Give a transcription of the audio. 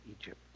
Egypt